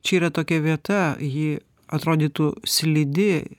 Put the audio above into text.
čia yra tokia vieta ji atrodytų slidi